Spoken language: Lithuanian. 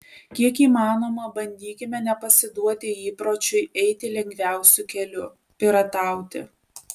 kiek įmanoma bandykime nepasiduoti įpročiui eiti lengviausiu keliu piratauti